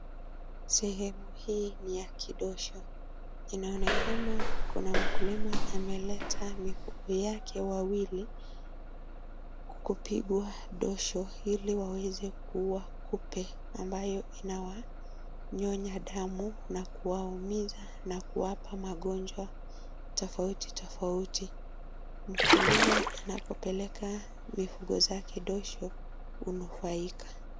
Sehemu hii ni ya kidosho inaonekana kuna mkulima ameleta mifugo yake wawili kupigwa dosho ili waweze kuua kupe ambayo inawanyonya damu na kuwaumiza na kuwapa magojwa tafauti tafauti . Mkulima anapopeleka mifugo zake dosho hunufaika.